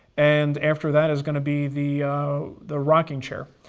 and after that it's going to be the the rocking chair.